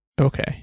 Okay